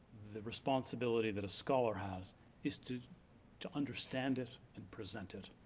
the responsibility that a scholar has is to to understand it, and present it,